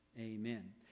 Amen